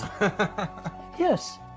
Yes